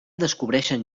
descobreixen